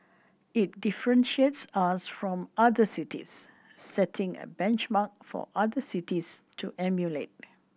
it differentiates us from other cities setting a benchmark for other cities to emulate